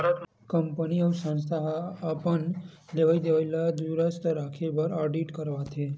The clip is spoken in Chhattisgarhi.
कंपनी अउ संस्था ह अपन लेवई देवई ल दुरूस्त राखे बर आडिट करवाथे